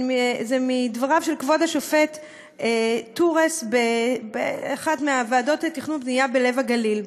מדבריו של כבוד השופט טורס באחת הוועדות לתכנון ובנייה בלב הגליל: